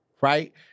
right